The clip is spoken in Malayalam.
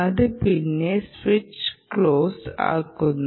അത് പിന്നെ സ്വിച്ച് ക്ലോസ് ആകുന്നു